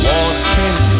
Walking